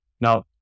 Now